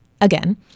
again